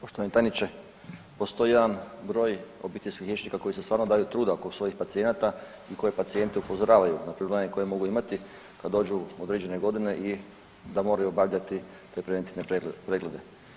Poštovani tajniče, postoji jedan broj obiteljskih liječnika koji si stvarno daju truda oko svojih pacijenata i koji pacijente upozoravaju na probleme koje mogu imati kad dođu u određene godine i da moraju obavljati te preventivne preglede.